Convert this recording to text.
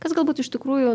kas galbūt iš tikrųjų